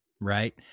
right